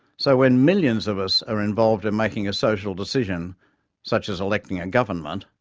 so when millions of us are involved in making a social decision such as electing a government,